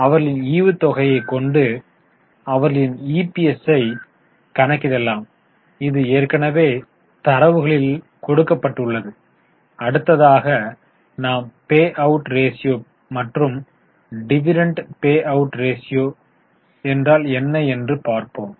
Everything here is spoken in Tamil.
அவர்களின் ஈவுத்தொகையை கொண்டு அவர்களின் ஈபிஎஸ் ஐ கணக்கிடலாம் இது ஏற்கனவே தரவுகளில் கொடுக்கப்பட்டுள்ளது அடுத்ததாக நாம் பெ அவுட் ரேஷியோ மற்றும் டிவிடெண்ட் பெ அவுட் ரேஷியோ என்றால் என்ன என்று பார்ப்போம்